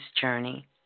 journey